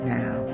now